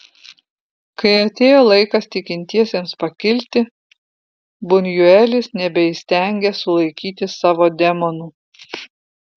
kai atėjo laikas tikintiesiems pakilti bunjuelis nebeįstengė sulaikyti savo demonų